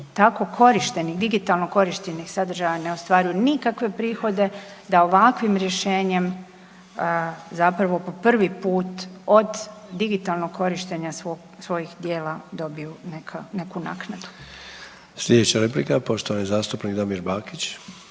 tako korištenih, digitalno korištenih sadržaja ne ostvaruju nikakve prihode, da ovakvim rješenjem zapravo po prvi put od digitalnog korištenja svog, svojih djela dobiju neku naknadu. **Sanader, Ante (HDZ)** Slijedeća replika poštovani zastupnik Damir Bakić.